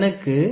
எனக்கு 23